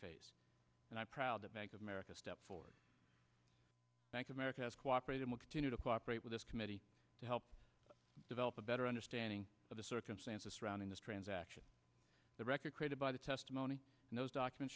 faces and i'm proud that bank of america step forward bank of america has cooperated will continue to cooperate with this committee to help develop a better understanding of the circumstances surrounding this transaction the record created by the testimony in those document